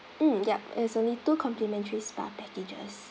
mm yup it's only two complimentary spa packages